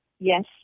Yes